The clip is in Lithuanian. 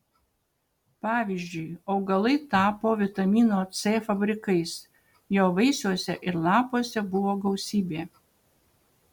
pavyzdžiui augalai tapo vitamino c fabrikais jo vaisiuose ir lapuose buvo gausybė